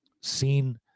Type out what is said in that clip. seen